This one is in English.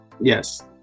Yes